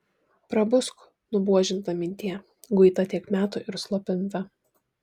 prabusk nubuožinta mintie guita tiek metų ir slopinta